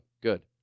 good